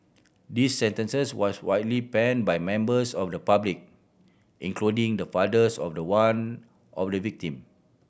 this sentences was widely panned by members of the public including the fathers of the one of the victim